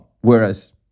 Whereas